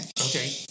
Okay